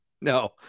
No